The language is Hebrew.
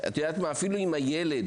אפילו אם הילד